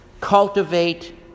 cultivate